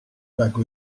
bague